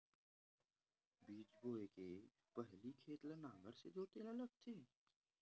बीज बोय के पहिली खेत ल नांगर से जोतेल लगथे?